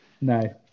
No